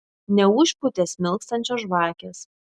neužpūtė smilkstančios žvakės